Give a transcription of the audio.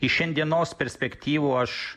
iš šiandienos perspektyvų aš